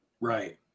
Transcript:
Right